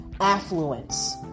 affluence